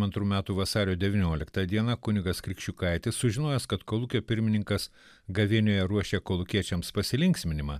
antrų metų vasario devynioliktą dieną kunigas krikščiukaitis sužinojęs kad kolūkio pirmininkas gavėnioje ruošė kolūkiečiams pasilinksminimą